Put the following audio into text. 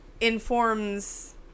informs